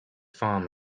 farm